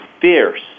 fierce